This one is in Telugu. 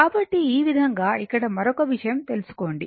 కాబట్టి ఈ విధంగా ఇక్కడ మరొక విషయం తీసుకోండి